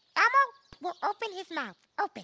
elmo will open his mouth, open.